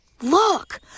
Look